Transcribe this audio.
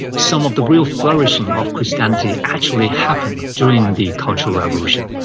some of the real flourishing of christianity actually happened during the cultural revolution,